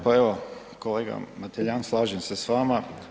Pa evo, kolega Mateljan, slažem se s vama.